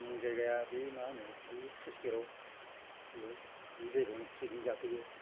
जोंनि जायगा बे मा होनो ओइ स्लुइस गेटाव ओइ बे जायगायाव पिकनिक जाफैयो